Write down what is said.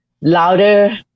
louder